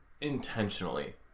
intentionally